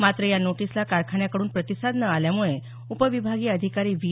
मात्र या नोटिसला कारखान्याकडून प्रतिसाद न आल्यामुळे उपविभागीय अधिकारी व्ही